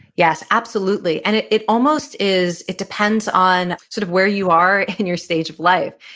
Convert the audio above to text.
yes. absolutely. and it it almost is, it depends on sort of where you are in your stage of life.